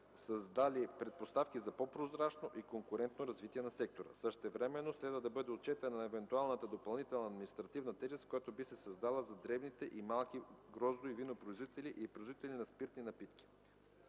създали предпоставки за по прозрачно и конкурентно развитие на сектора. Същевременно следва да бъде отчетена евентуалната допълнителна административна тежест, която би се създала за дребните и малки гроздо- и винопроизводители и производители на спиртни напитки.